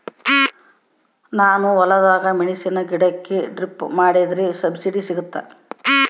ನಾನು ಹೊಲದಾಗ ಮೆಣಸಿನ ಗಿಡಕ್ಕೆ ಡ್ರಿಪ್ ಮಾಡಿದ್ರೆ ಸಬ್ಸಿಡಿ ಸಿಗುತ್ತಾ?